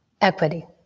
equity